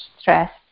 stress